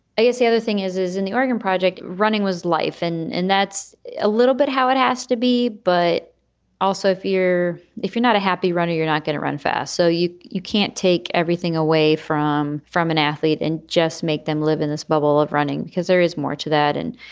i guess the other thing is, is and the oregon project running was life. and and that's a little bit how it has to be. but also, if you're if you're not a happy runner, you're not going to run fast. so you you can't take everything away from from an athlete and just make them live in this bubble of running, because there is more to that. and,